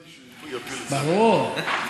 ברור.